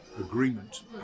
agreement